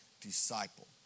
disciple